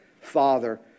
father